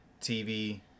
tv